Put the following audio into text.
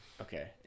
Okay